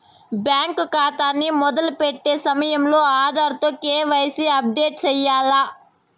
bank కాతాని మొదలెట్టే సమయంలో ఆధార్ తో కేవైసీని అప్పుడేటు సెయ్యాల్ల